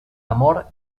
amor